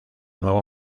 nuevo